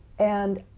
and